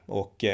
och